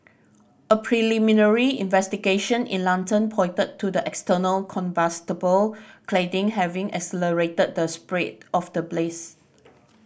a preliminary investigation in London pointed to the external combustible cladding having accelerated the spread of the blaze